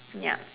yup